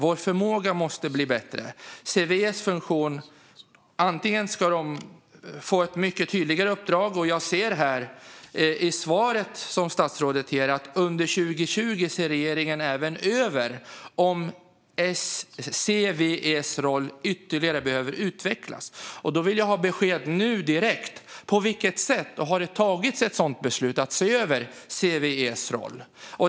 Vår förmåga måste bli bättre, och CVE måste få ett mycket tydligare uppdrag. Jag hörde i statsrådets interpellationssvar att regeringen under 2020 även ser över om CVE:s roll ytterligare behöver utvecklas. Då vill jag ha besked direkt om på vilket sätt det har tagits ett sådant beslut att se över CVE:s roll.